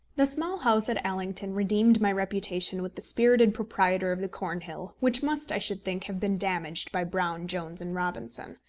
the small house at allington redeemed my reputation with the spirited proprietor of the cornhill, which must, i should think, have been damaged by brown, jones, and robinson.